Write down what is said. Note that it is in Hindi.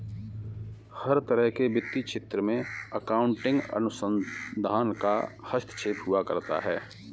हर तरह के वित्तीय क्षेत्र में अकाउन्टिंग अनुसंधान का हस्तक्षेप हुआ करता है